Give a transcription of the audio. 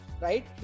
right